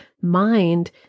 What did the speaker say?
mind